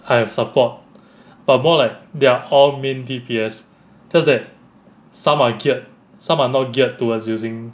I have support but more like they're all main D_P_S just that some are geared some are not geared towards using